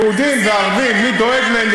ויהודים וערבים, מי דואג להם?